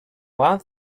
one